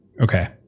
Okay